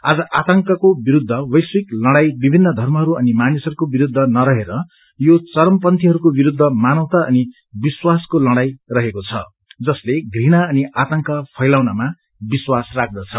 आज आतंकको विरूद्ध वैश्चिक लड़ाई विभिन्न धर्महरू अनि मानिसहरूको विरूद्ध नरहेर यो चरमपन्यीहरूको विरूद्ध मानवता अनि विश्वासको लड़ाई रहेको छ जसले घृणा अनि आतंक फैलाउनमा विश्वास राख्दछ